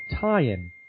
tie-in